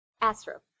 Astro